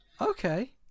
Okay